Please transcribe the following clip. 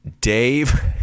Dave